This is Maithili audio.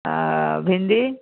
आ भिंडी